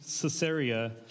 Caesarea